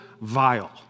vile